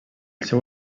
seu